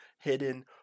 hidden